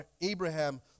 Abraham